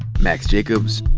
max jacobs,